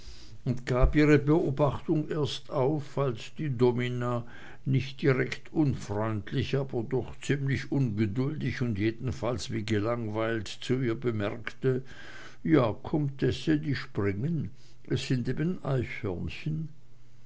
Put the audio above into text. und gab ihre beobachtung erst auf als die domina nicht direkt unfreundlich aber doch ziemlich ungeduldig und jedenfalls wie gelangweilt zu ihr bemerkte ja comtesse die springen es sind